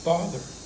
Father